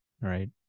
right